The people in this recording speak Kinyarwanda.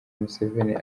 museveni